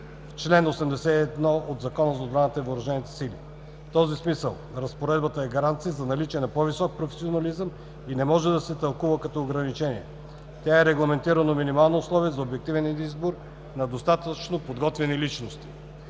чл. 81 от Закона за отбраната и въоръжените сили на Република България. В този смисъл разпоредбата е гаранция за наличие на по-висок професионализъм и не може да се тълкува като ограничение. Тя е регламентирано минимално условие за обективен избор на достатъчно подготвени личности.